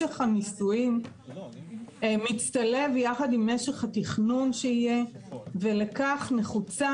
משך הניסויים מצטלב יחד עם משך התכנון שיהיה ולכך נחוצה